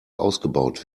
ausgebaut